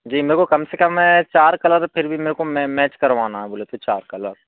जी मेरे को कम से कम चार कलर फिर भी मेरे को मैच करवाना है बोले तो चार कलर